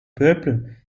peuple